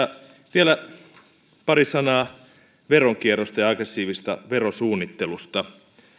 vielä pari sanaa veronkierrosta ja aggressiivisesta verosuunnittelusta